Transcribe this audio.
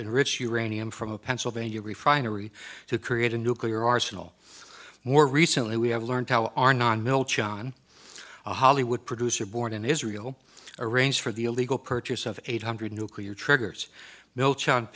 enrich uranium from a pennsylvania refinery to create a nuclear arsenal more recently we have learned how our non milch on a hollywood producer born in israel arranged for the illegal purchase of eight hundred nuclear triggers mi